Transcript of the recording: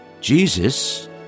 Jesus